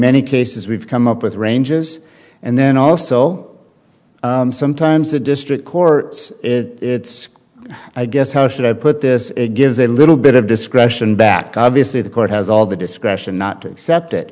many cases we've come up with ranges and then also sometimes a district court it's i guess how should i put this gives a little bit of discretion that obviously the court has all the discretion not to accept it